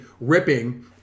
ripping